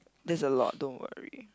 there's a lot don't worry